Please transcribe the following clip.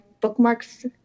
bookmarks